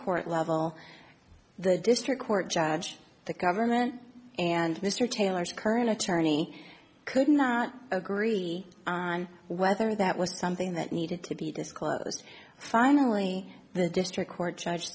court level the district court judge the government and mr taylor's current attorney could not agree on whether that was something that needed to be disclosed finally the district court judge